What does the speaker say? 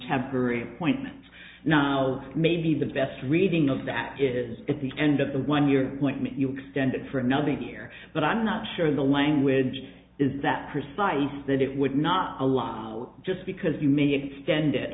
temporary point now maybe the best reading of that is at the end of the one year point you extend it for another year but i'm not sure the language is that precise that it would not allow just because you may extend